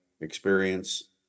experience